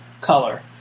color